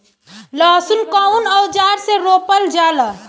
लहसुन कउन औजार से रोपल जाला?